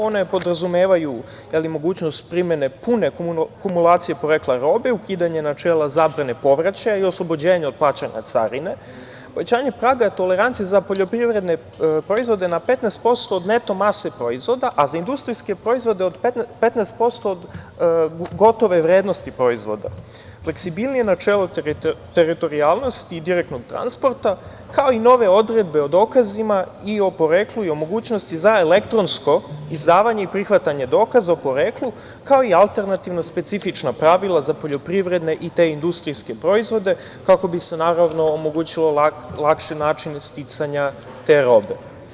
One podrazumevaju mogućnost primene pune kumulacije porekla robe, ukidanje načela zabrane povraćaja i oslobođenja od plaćanja carine, uvećanje praga tolerancije za poljoprivredne proizvode na 15% od neto mase proizvoda, a za industrijske proizvode od 15% od gotove vrednosti proizvoda, fleksibilnije načelo teritorijalnosti i direktnog transporta, kao i nove odredbe o dokazima i o poreklu i o mogućnosti za elektronsko izdavanje i prihvatanje dokaza o poreklu, kao i alternativno specifična pravila za poljoprivredne i industrijske proizvode kako bi se omogućio lakši način sticanja te robe.